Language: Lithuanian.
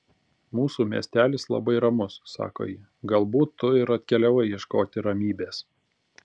mūsų miestelis labai ramus sako ji galbūt tu ir atkeliavai ieškoti ramybės